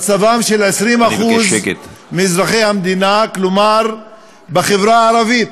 במצבם של 20% מאזרחי המדינה, כלומר בחברה הערבית.